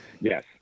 yes